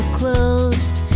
closed